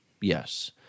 yes